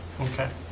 okay.